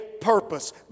purpose